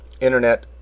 internet